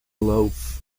loaf